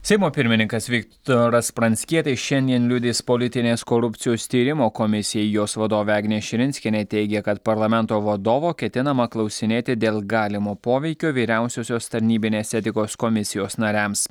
seimo pirmininkas viktoras pranckietis šiandien liudys politinės korupcijos tyrimo komisijai jos vadovė agnė širinskienė teigia kad parlamento vadovo ketinama klausinėti dėl galimo poveikio vyriausiosios tarnybinės etikos komisijos nariams